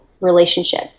relationship